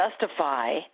justify